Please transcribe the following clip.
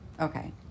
okay